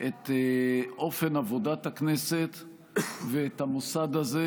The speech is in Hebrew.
את אופן עבודת הכנסת ואת המוסד הזה,